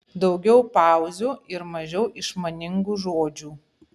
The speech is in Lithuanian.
daugiau pauzių ir mažiau išmaningų žodžių